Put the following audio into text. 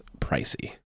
pricey